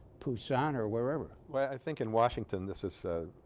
busan or wherever well i think in washington this is ah.